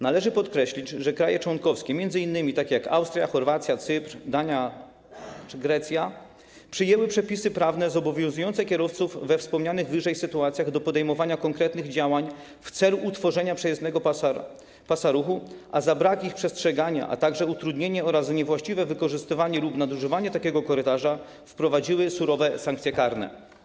Należy podkreślić, że kraje członkowskie, m.in. takie jak Austria, Chorwacja, Cypr, Dania czy Grecja, przyjęły przepisy prawne zobowiązujące kierowców we wspomnianych wyżej sytuacjach do podejmowania konkretnych działań w celu utworzenia przejezdnego pasa ruchu, a za brak ich przestrzegania, a także utrudnienia oraz niewłaściwe wykorzystywanie lub nadużywanie takiego korytarza wprowadziły surowe sankcje karne.